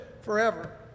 forever